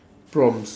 prompts